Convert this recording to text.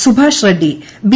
Subash Reddy B